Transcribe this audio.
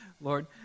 Lord